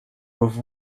with